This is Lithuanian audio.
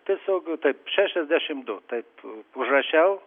tiesiog taip šešiasdešimt du taip užrašiau